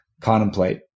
contemplate